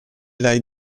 lei